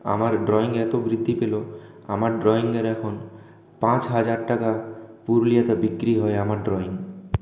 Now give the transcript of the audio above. আমার ড্রয়িং এতো বৃদ্ধি পেল আমার ড্রয়িঙের এখন পাঁচ হাজার টাকা পুরুলিয়াতে বিক্রি হয় আমার ড্রয়িং